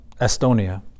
Estonia